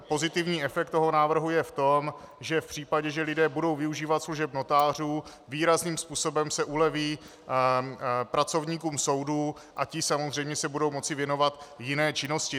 Pozitivní efekt návrhu je v tom, že v případě, že lidé budou využívat služeb notářů, výrazným způsobem se uleví pracovníkům soudů a ti se samozřejmě budou moc věnovat jiné činnosti.